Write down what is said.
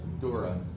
Dora